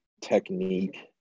technique